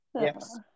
Yes